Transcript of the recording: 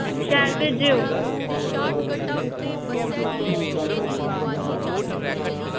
शैल भेजेओ